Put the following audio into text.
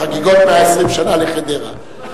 בחגיגות 120 שנה לחדרה.